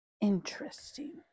Interesting